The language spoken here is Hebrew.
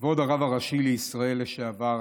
כבוד הרב הראשי לישראל לשעבר,